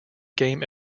game